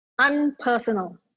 unpersonal